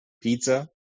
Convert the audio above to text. pizza